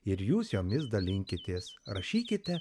ir jūs jomis dalinkitės rašykite